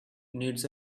needs